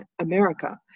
America